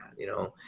you know,